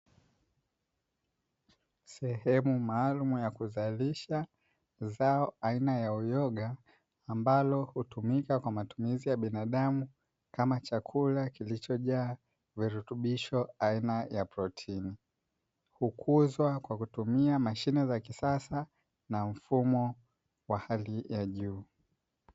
Sehemu maalumu ya kuzalisha zao aina ya uyoga ambalo hutumika kwa matumizi ya binadamu kama chakula kilichojaa virutubisho aina ya protini. Hukuzwa kwa kutumia mashine za kisasa na mfumo wa hali ya juu.